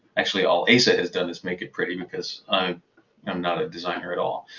actually all essar has done is make it pretty, because i am not a designer at all.